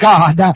God